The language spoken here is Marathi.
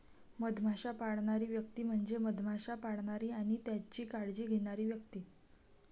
मधमाश्या पाळणारी व्यक्ती म्हणजे मधमाश्या पाळणारी आणि त्यांची काळजी घेणारी व्यक्ती